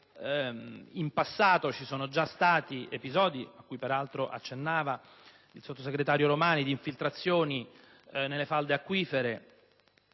in passato ci sono già stati episodi, cui peraltro accennava il sottosegretario Romani, di infiltrazioni nelle falde acquifere